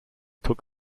took